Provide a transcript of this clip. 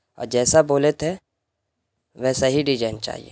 اور جیسا بولے تھے ویسا ہی ڈیجائن چاہیے